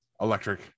electric